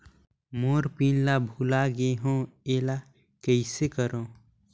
मोर PIN ला भुला गे हो एला कइसे करो?